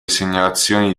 segnalazioni